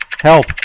Help